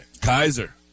Kaiser